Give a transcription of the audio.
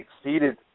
exceeded